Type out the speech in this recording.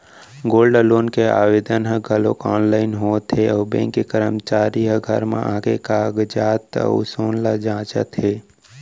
gold loan के आवेदन ह घलौक आनलाइन होत हे अउ बेंक के करमचारी ह घर म आके कागजात अउ सोन ल जांचत हे